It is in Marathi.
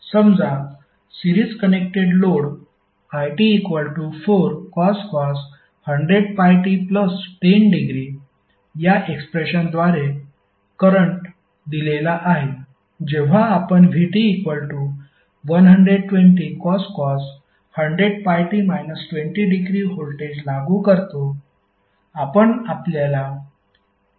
समजा series connected load it4cos 100πt10° या एक्सप्रेशनद्वारे करंट दिलेला आहे जेव्हा आपण vt120cos 100πt 20° व्होल्टेज लागू करतो